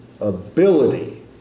ability